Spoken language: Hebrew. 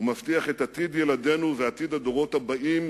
הוא מבטיח את עתיד ילדינו ואת עתיד הדורות הבאים